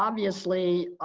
obviously,